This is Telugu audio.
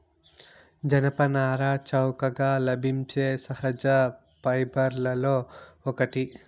జనపనార చౌకగా లభించే సహజ ఫైబర్లలో ఒకటి